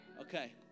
Okay